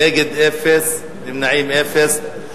נגד, אין, נמנעים, אין.